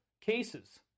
cases